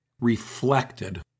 reflected